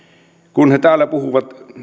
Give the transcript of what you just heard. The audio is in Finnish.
kun he täällä puhuvat